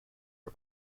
are